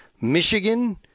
Michigan